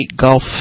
gulf